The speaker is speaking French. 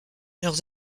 leurs